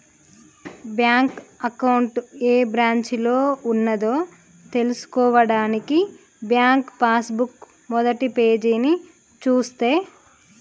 bank account ఏ బ్రాంచిలో ఉన్నదో తెల్సుకోవడానికి బ్యాంకు పాస్ బుక్ మొదటిపేజీని చూస్తే